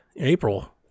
april